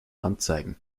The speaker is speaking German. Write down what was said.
anzeigen